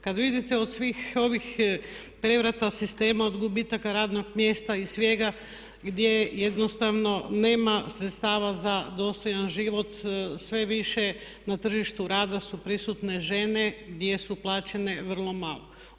Kada vidite od svih ovih prevrata sistema, od gubitaka radnog mjesta i svega gdje jednostavno nema sredstava za dostojan život, sve više na tržištu rada su prisutne žene jer su plaćene vrlo malo.